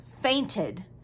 fainted